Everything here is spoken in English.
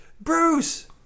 Bruce